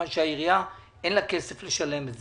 אם הרשויות היו פועלות לפי ההסכם הזה כמו שעשו למשל בסייעת השנייה,